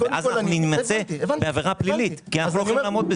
אז אנחנו נימצא בעבירה פלילית כי לא נוכל לעמוד בזה.